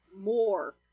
more